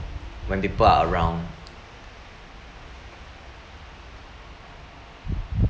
when people are around